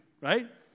right